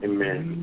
Amen